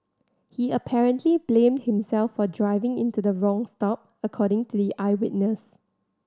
he apparently blamed himself for driving into the wrong stop according to the eyewitness